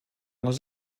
les